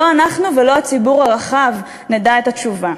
לא אנחנו ולא הציבור הרחב נדע את התשובה.